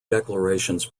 declarations